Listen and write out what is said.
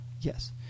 yes